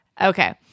Okay